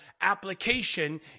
application